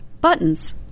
buttons